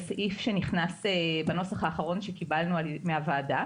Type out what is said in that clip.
סעיף שנכנס בנוסח האחרון שקיבלנו מהוועדה.